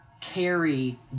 Carry